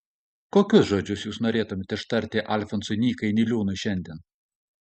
kokius žodžius jūs norėtumėte ištarti alfonsui nykai niliūnui šiandien